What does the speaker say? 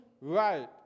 right